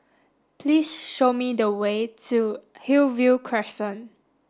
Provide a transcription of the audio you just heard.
please show me the way to Hillview Crescent